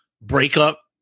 breakup